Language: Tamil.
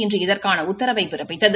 இன்று இதற்கான உத்தரவை பிறப்பித்தது